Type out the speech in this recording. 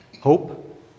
hope